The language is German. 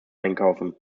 einkaufen